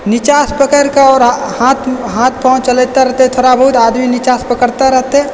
नीचाँसँ पकड़ि कऽ आओर हाथ पाव चलबिते रहतै थोड़ा बहुत आदमी नीचाँ से पकड़ते रहतै